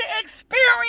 experience